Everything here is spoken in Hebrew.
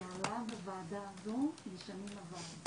זה עלה בוועדה הזו בשנים עברו.